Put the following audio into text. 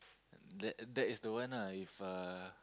that that is the one ah if ah